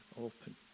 open